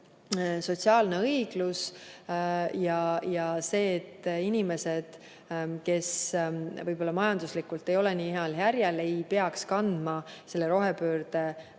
sotsiaalne õiglus ja see, et inimesed, kes võib-olla majanduslikult ei ole nii heal järjel, ei peaks kandma rohepöörde